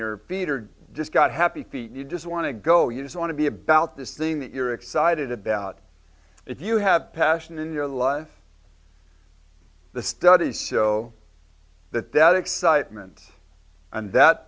your feet are just got happy feet you just want to go you just want to be about this thing that you're excited about if you have passion in your life the studies show that that excitement and that